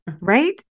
Right